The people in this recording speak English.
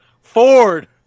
Ford